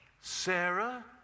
Sarah